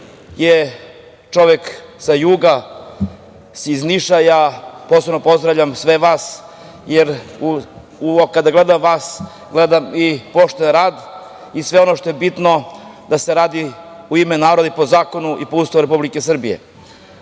je čovek sa juga, iz Niša. Posebno pozdravljam sve vas, jer kada gledam vas, gledam i pošten rad i sve ono što je bitno da se radi u ime naroda i po zakonu i po Ustavu Republike Srbije. Mislim